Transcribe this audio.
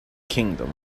kingdom